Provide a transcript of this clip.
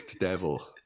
devil